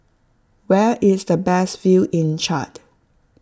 where is the best view in Chad